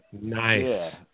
Nice